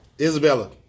Isabella